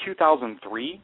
2003